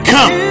Come